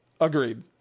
Agreed